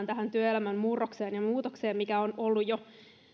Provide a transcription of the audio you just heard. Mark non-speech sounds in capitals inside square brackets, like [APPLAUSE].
[UNINTELLIGIBLE] tähän työelämän murrokseen ja muutokseen mikä on ollut jo